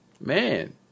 man